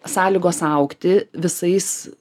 sąlygos augti visais